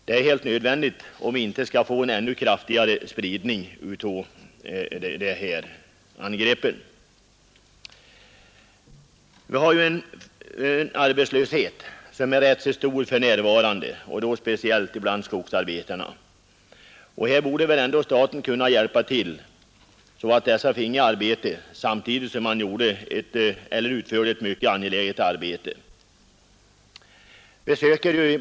Det är helt nödvändigt, om vi inte skall få en ännu kraftigare spridning av angreppen. Arbetslösheten är rätt stor för närvarande. speciellt bland skogsarbetarna. Här borde väl ändå staten kunna hjälpa till så att dessa finge sysselsättning. samtidigt som ett mycket angeläget arbete blev utfört.